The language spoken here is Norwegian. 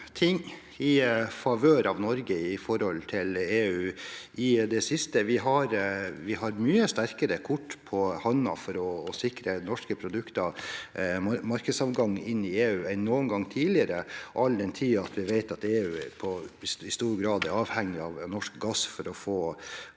i favør av Norge i forholdet til EU i det siste. Vi har mye sterkere kort på hånda for å sikre norske produkter markedsadgang inn i EU enn noen gang tidligere, all den tid vi vet at EU i stor grad er avhengig av norsk gass for å få løst